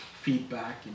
feedback